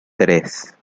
tres